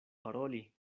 paroli